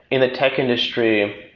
in the tech industry,